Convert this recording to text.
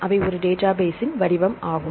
அவை ஒரு டேட்டாபேஸ்ஸின் வடிவம் ஆகும்